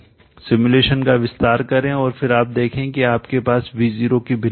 simulation का विस्तार करें और फिर आप देखें कि आपके पास V0 की भिन्नता है